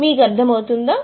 మీకు అర్థమవుతుందా